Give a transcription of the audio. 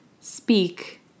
speak